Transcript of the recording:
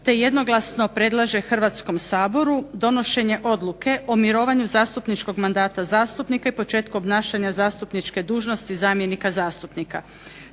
te jednoglasno predlaže Hrvatskom saboru donošenje odluke o mirovanju zastupničkog mandata zastupnika i početku obnašanja zastupničke dužnosti zamjenika zastupnika.